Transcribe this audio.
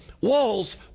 walls